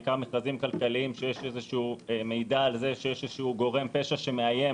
בעיקר מכרזים כלכליים שיש איזשהו מידע על זה שיש איזה גורם פשע שמאיים